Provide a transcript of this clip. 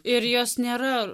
ir jos nėra